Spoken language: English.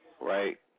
right